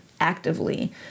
actively